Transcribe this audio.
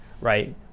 right